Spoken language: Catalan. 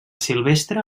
silvestre